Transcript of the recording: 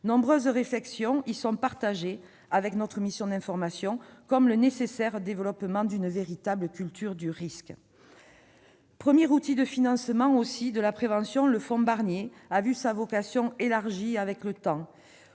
nombreuses préconisations également avancées par notre mission d'information, comme le développement d'une véritable culture du risque. Premier outil de financement de la prévention, le fonds Barnier a vu sa vocation s'élargir avec le temps.